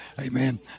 amen